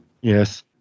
Yes